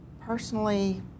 Personally